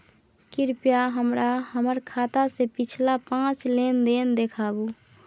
कृपया हमरा हमर खाता से पिछला पांच लेन देन देखाबु